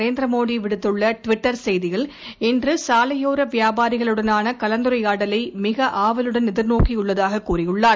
நரேந்திர மோடி விடுத்துள்ள ட்விட்டர் செய்தியில் இன்று சாலையோர வியாபாரிகளுடனான கலந்துரையாடலை மிக ஆவலுடன் எதிர்நோக்கியுள்ளதாக தெரிவித்துள்ளார்